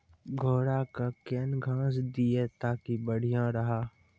घोड़ा का केन घास दिए ताकि बढ़िया रहा?